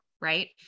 right